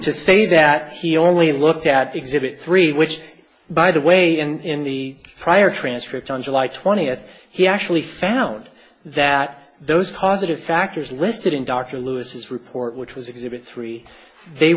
to say that he only looked at exhibit three which by the way and in the prior transcript on july twentieth he actually found that those causative factors listed in dr lewis's report which was exhibit three they